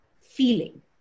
feeling